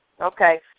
Okay